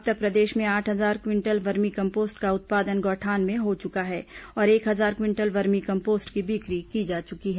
अब तक प्रदेश में आठ हजार क्विंटल वर्मी कम्पोस्ट का उत्पादन गौठान में हो चुका है और एक हजार क्विंटल वर्मी कम्पोस्ट की बिक्री की जा चुकी है